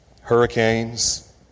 hurricanes